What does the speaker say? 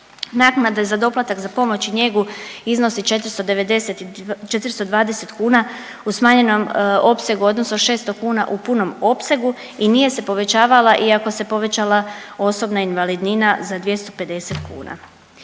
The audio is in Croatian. Naknada za doplatak za pomoć i njegu iznosi 420 kuna u smanjenom opsegu odnosno 600 kuna u punom opsegu i nije se povećavala iako se povećala osobna invalidnina za 250 kuna.